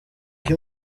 iyo